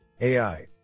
AI